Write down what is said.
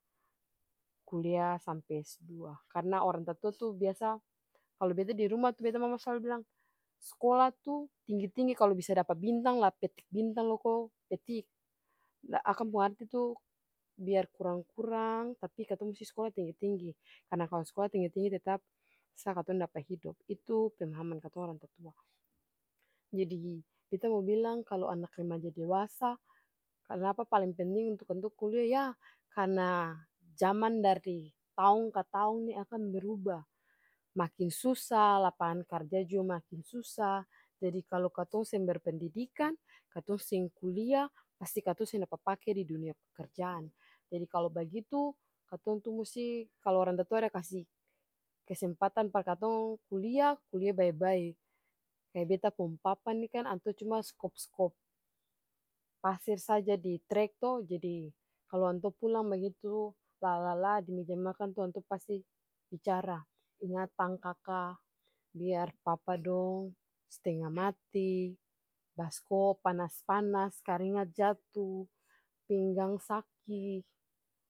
Kulia sampe es dua karna orang tatua tuh biasa kalu beta dirumah tuh beta mama slalu bilang skola tuh tinggi-tinggi kalu bisa dapa bintang lah petik bintang loko petik, akang pung arti tuh biar kurang-kurang tapi katong musti skola tinggi-tinggi karna kalu skola tinggi-tinggi tetap sah katong dapa hidop pengalaman katong orang tatua. Jadi beta mo bilang kalu anak remaja dewasa kanapa paleng penting untuk katong kulia yah karna jaman dari taong ka taong nih akang beruba, makin susa lapangan karja jua makin susa jadi kalu katong seng berpendidikan katong seng kulia pasti katong seng dapa pake didunia pekerjaan. Jadi kalu bagitu katong tuh musti kalu orang tatua ada kasi kesempatan par katong kulia kulia bae-bae kaya beta pung papa nihkan antua cuma skop skop paser saja di trek to jadi kalu antua pulang bagitu lala-lalah dimeja makang to antua pasti bicara ingatang kaka biar papa dong stenga mati baskop panas-panas karingat jatu, pinggang saki.